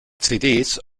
cds